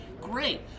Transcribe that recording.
Great